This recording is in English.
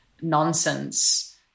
nonsense